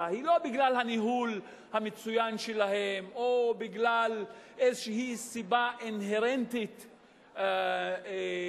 היא לא בגלל הניהול המצוין שלהן או בגלל סיבה אינהרנטית פרטנית,